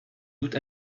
doute